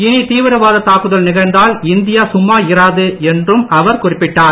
இனி தீவிரவாதத் தாக்குதல் நிகழ்ந்தால் இந்தியா சும்மா இராது என்றும் அவர் குறிப்பிட்டார்